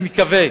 אני מקווה